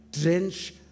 drench